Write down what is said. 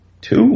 Two